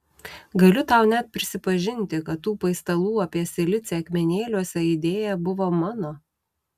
galiu tau net prisipažinti kad tų paistalų apie silicį akmenėliuose idėja buvo mano